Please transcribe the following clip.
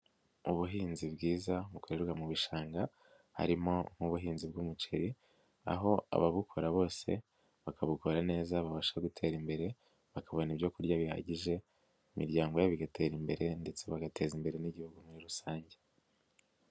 Ubuhinzi bwiza bukorerwa mu bishanga harimo nk'ubuhinzi bw'umuceri aho ababukora bose bakabukora neza babasha gutera imbere bakabona ibyo kurya bihagije mu miryango yabo bigatera imbere ndetse bagateza imbere n'igihugu muri rusange.